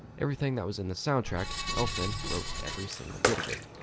everything that was in the soundtrack, elfman wrote every single bit of it.